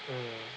mm